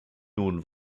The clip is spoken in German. nun